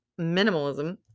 minimalism